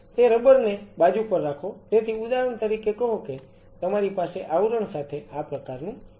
તે રબર ને બાજુ પર રાખો તેથી ઉદાહરણ તરીકે કહો કે તમારી પાસે આવરણ સાથે આ પ્રકારનું બોક્સ છે